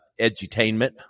edutainment